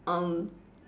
um